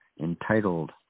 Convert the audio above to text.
entitled